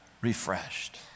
refreshed